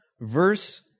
verse